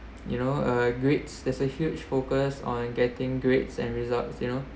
you know uh grades there's a huge focused on getting grades and results you know